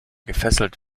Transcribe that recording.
gefesselt